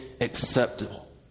acceptable